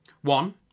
One